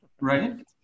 right